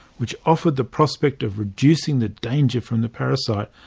which offered the prospect of reducing the danger from the parasite,